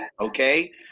okay